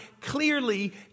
clearly